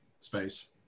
space